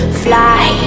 fly